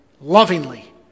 lovingly